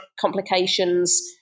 complications